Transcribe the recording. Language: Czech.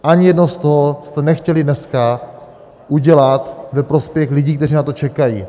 Ani jedno z toho jste nechtěli dneska udělat ve prospěch lidí, kteří na to čekají.